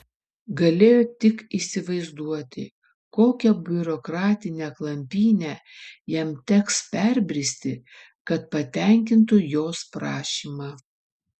galėjo tik įsivaizduoti kokią biurokratinę klampynę jam teks perbristi kad patenkintų jos prašymą